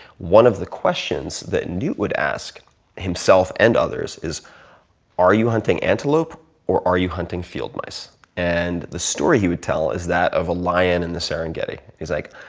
one of the questions that newt would ask himself and others is are you hunting antelope or are you hunting field mice and the story he would tell is that of a lion in the serengeti. he's like,